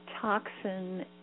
toxin